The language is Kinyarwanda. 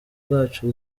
bwacu